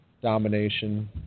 domination